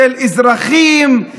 של אזרחים,